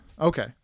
Okay